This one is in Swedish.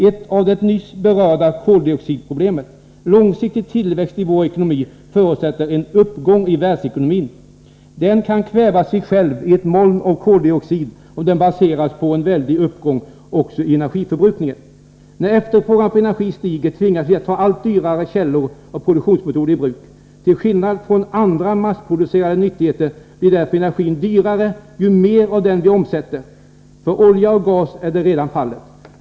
Ett är det nyss berörda koldioxidproblemet. Långsiktig tillväxt i vår ekonomi förutsätter en uppgång i världsekonomin. Den kan kväva sig själv i ett moln av koldioxid om den baseras på en väldig uppgång också i energiförbrukningen. När efterfrågan på energi stiger tvingas vi ta allt dyrare källor och produktionsmetoder i bruk. Till skillnad från andra massproducerande nyttigheter blir därför energin dyrare ju mera av den vi omsätter. För olja och gas är det redan fallet.